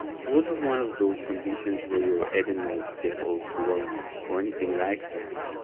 it wasn't one of those conditions where your adenoids get all swollen or anything like that,